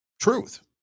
truth